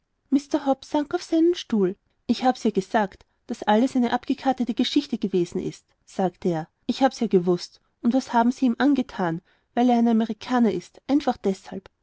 auf seinen stuhl ich hab's ja gesagt daß alles eine abgekartete geschichte gewesen ist sagte er ich hab's ja gewußt und das haben sie ihm angethan weil er ein amerikaner ist einfach deshalb